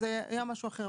אז היה משהו אחר.